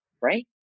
right